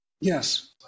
Yes